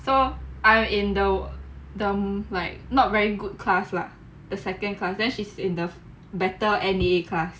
so I'm in the dumb like not very good class lah the second class then she's in the better N_A class